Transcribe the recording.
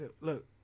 look